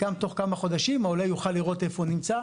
גם תוך כמה חודשים העולה יוכל לראות איפה הוא נמצא.